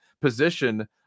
position